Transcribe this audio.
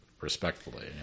respectfully